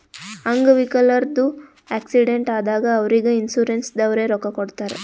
ಅಂಗ್ ವಿಕಲ್ರದು ಆಕ್ಸಿಡೆಂಟ್ ಆದಾಗ್ ಅವ್ರಿಗ್ ಇನ್ಸೂರೆನ್ಸದವ್ರೆ ರೊಕ್ಕಾ ಕೊಡ್ತಾರ್